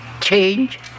change